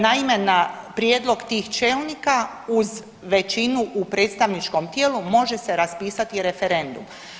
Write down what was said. Naime na prijedlog tih čelnika uz većinu u predstavničkom tijelu može se raspisati referendum.